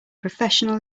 professional